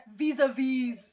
vis-a-vis